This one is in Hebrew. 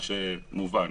דבר שהוא מובן.